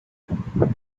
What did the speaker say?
when